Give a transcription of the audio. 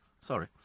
Sorry